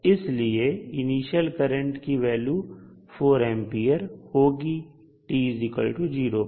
इसलिए initial current की value 4A होगी t0 पर